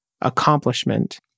accomplishment